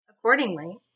accordingly